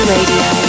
Radio